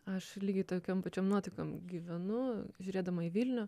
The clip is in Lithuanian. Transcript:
aš lygiai tokiam pačiom nuotaikom gyvenu žiūrėdama į vilnių